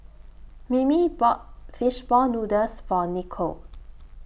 Mimi bought Fish Ball Noodles For Nicolle